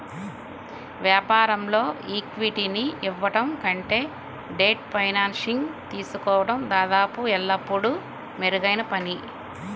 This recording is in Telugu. వ్యాపారంలో ఈక్విటీని ఇవ్వడం కంటే డెట్ ఫైనాన్సింగ్ తీసుకోవడం దాదాపు ఎల్లప్పుడూ మెరుగైన పని